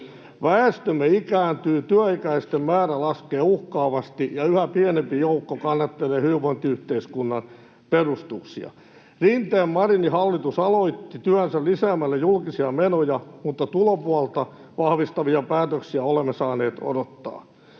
Väestömme ikääntyy, työikäisten määrä laskee uhkaavasti, ja yhä pienempi joukko kannattelee hyvinvointiyhteiskunnan perustuksia. Rinteen—Marinin hallitus aloitti työnsä lisäämällä julkisia menoja, mutta tulopuolta vahvistavia päätöksiä olemme saaneet odottaa.